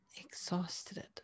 exhausted